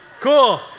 Cool